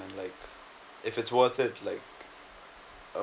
and like if it's worth it like